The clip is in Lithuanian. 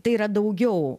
tai yra daugiau